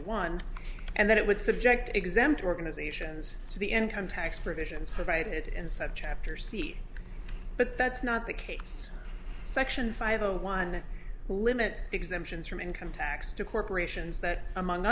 one and that it would subject exempt organizations to the income tax provisions provided in subchapter c but that's not the case section five zero one limits exemptions from income tax to corporations that among